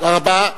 תודה רבה.